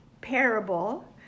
parable